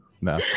No